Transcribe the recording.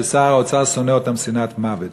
ששר האוצר שונא אותם שנאת מוות.